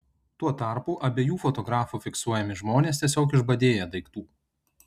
tuo tarpu abiejų fotografų fiksuojami žmonės tiesiog išbadėję daiktų